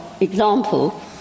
example